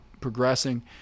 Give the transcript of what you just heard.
progressing